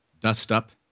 dust-up